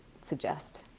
suggest